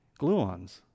gluons